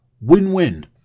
win-win